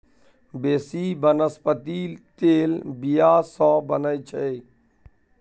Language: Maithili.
बेसी बनस्पति तेल बीया सँ बनै छै